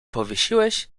powiesiłeś